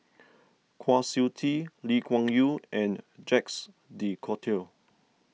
Kwa Siew Tee Lee Kuan Yew and Jacques De Coutre